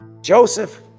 Joseph